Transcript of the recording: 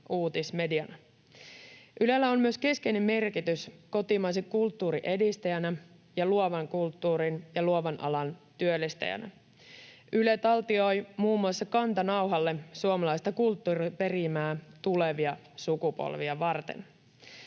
uutismediana. Ylellä on myös keskeinen merkitys kotimaisen kulttuurin edistäjänä ja luovan kulttuurin ja luovan alan työllistäjänä. Yle muun muassa taltioi kantanauhalle suomalaista kulttuuriperimää tulevia sukupolvia varten.